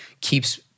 keeps